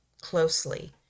closely